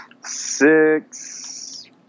Six